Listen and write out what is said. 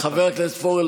חבר הכנסת פורר,